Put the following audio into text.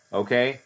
okay